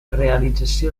realització